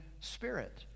Spirit